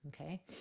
Okay